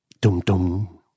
Dum-dum